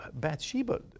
Bathsheba